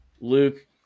Luke